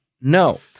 No